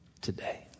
today